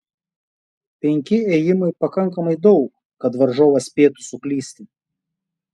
penki ėjimai pakankamai daug kad varžovas spėtų suklysti